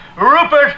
Rupert